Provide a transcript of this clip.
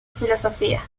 filosofía